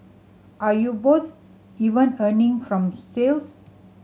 are you both even earning from sales